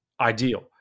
ideal